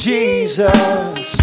Jesus